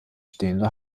stehende